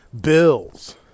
bills